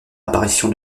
apparition